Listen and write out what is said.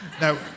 Now